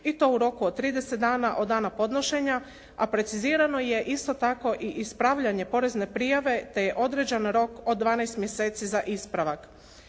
i to u roku od 30 dana od dana podnošenja, a precizirano je isto tako i ispravljanje porezne prijave, te je određen rok od 12 mjeseci za ispravak.